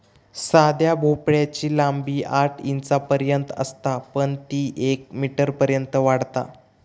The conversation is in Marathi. साध्या भोपळ्याची लांबी आठ इंचांपर्यंत असता पण ती येक मीटरपर्यंत वाढता